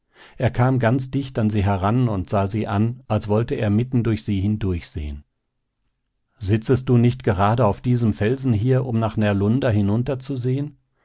er kam ganz dicht an sie heran und sah sie an als wollte er mitten durch sie hindurchsehen sitzest du nicht gerade auf diesem felsen hier um nach närlunda hinunterzusehen ja